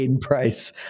price